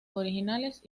originales